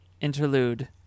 interlude